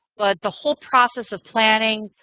but the whole process of planning,